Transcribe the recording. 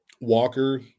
walker